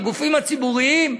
הגופים הציבוריים,